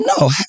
No